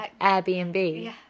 Airbnb